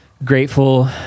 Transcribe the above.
Grateful